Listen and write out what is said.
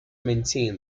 maintain